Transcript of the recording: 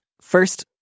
First